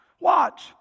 Watch